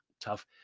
tough